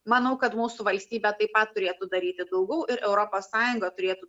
manau kad mūsų valstybė taip pat turėtų daryti daugiau ir europos sąjunga turėtų